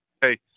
hey